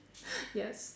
yes